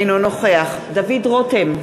אינו נוכח דוד רותם,